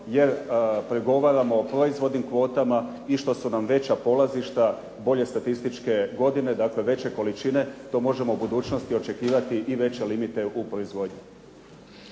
jer pregovaramo o proizvodnim kvotama i što su nam veća polazišta, bolje statističke godine, dakle, veće količine, to možemo u budućnosti očekivati i veće limite u proizvodnji.